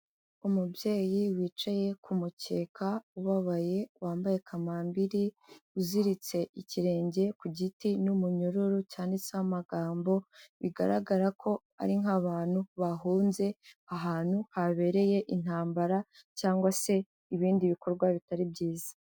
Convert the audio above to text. Umubyeyi wicaye ku mukeka ubabaye, wambaye kamambiri, uziritse ikirenge ku giti n'umunyururu cyanditseho amagambo, bigaragara ko ari nk'abantu bahunze ahantu habereye intambara cyangwa se ibindi bikorwa bitari byiza.